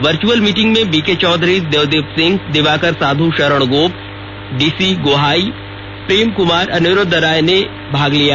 virtual meeting में BK Chaudhary Devdeep Singh Diwakar Sadhu Sharan Gop DC Gohai Prem Kumar Anirudh Rai ने भागल लिया